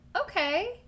Okay